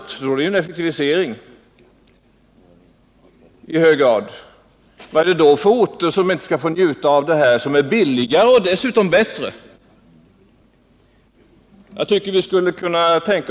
Det vore ju i hög grad en effektivisering. Vad är det för orter som inte skall få åtnjuta det som är billigare och dessutom bättre?